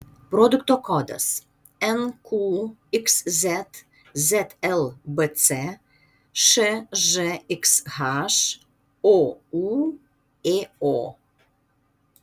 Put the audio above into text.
produkto kodas nqxz zlbc šžxh oūėo